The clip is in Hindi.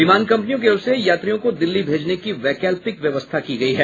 विमान कम्पनियों की ओर से यात्रियों को दिल्ली भेजने की वैकल्पिक व्यवस्था की गयी है